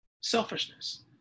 Selfishness